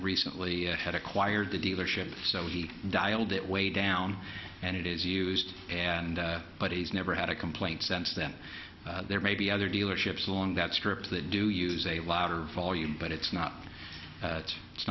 recently had acquired the dealership so he dialed it way down and it is used and but he's never had a complaint sense that there may be other dealerships along that strip that do use a louder volume but it's not it's